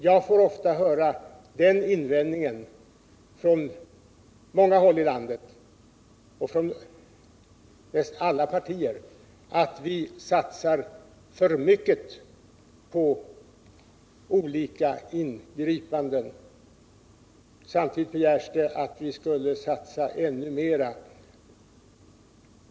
Jag får ofta höra den invändningen från många håll i landet och från, kan jag säga, alla partier, att vi satsar för mycket på olika ingripanden. Samtidigt begärs det att vi skall satsa ännu mera.